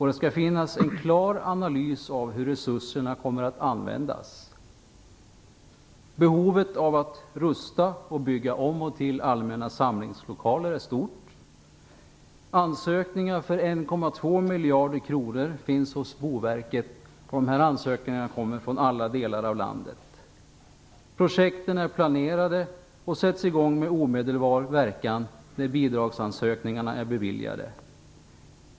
Det skall finnas en klar analys av hur resurserna kommer att användas. Behovet av att rusta och bygga om och till allmänna samlingslokaler är stort. Ansökningar för 1,2 miljarder kronor finns hos Boverket. De kommer från alla delar av landet. Projekten är planerade och sätts i gång med omedelbar verkan när bidragsansökningarna är beviljade.